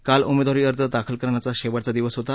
काल उमेदवारी अर्ज दाखल करण्याचा शेवटचा दिवस होता